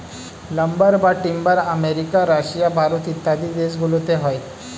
lumber বা timber America, Russia, Bharat ইত্যাদি দেশ গুলোতে হয়